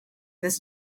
this